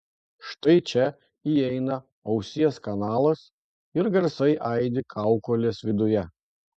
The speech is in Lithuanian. štai čia įeina ausies kanalas ir garsai aidi kaukolės viduje